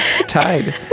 Tied